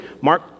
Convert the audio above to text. Mark